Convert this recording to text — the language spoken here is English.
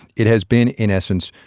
it has been, in essence,